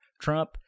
Trump